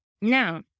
Now